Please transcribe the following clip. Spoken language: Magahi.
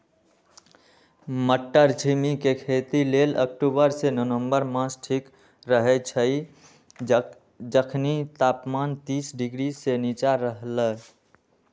मट्टरछिमि के खेती लेल अक्टूबर से नवंबर मास ठीक रहैछइ जखनी तापमान तीस डिग्री से नीचा रहलइ